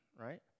right